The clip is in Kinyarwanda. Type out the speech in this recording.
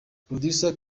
producer